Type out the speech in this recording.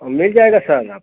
हम ले जायेगा सर ना आपको